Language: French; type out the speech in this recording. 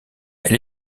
elle